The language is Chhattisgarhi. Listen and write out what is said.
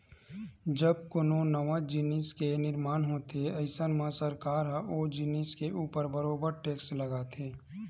जब कोनो नवा जिनिस के निरमान होथे अइसन म सरकार ह ओ जिनिस के ऊपर बरोबर टेक्स लगाथे